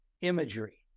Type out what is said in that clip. imagery